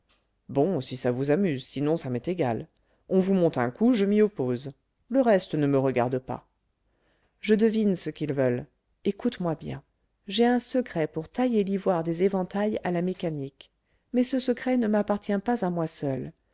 bon si ça vous amuse sinon ça m'est égal on vous monte un coup je m'y oppose le reste ne me regarde pas je devine ce qu'ils veulent écoute-moi bien j'ai un secret pour tailler l'ivoire des éventails à la mécanique mais ce secret ne m'appartient pas à moi seul